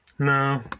No